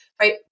Right